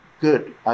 good